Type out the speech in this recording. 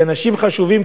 שאנשים חשובים,